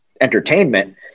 entertainment